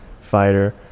fighter